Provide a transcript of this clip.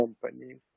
companies